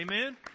Amen